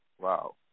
Wow